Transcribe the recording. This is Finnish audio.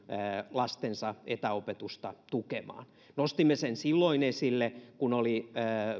lastensa etäopetusta tukemaan nostimme sen esille silloin kun